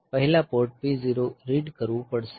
પહેલા port P0 read કરવું પડશે